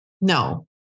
No